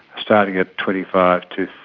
starting at twenty five to